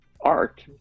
art